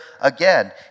again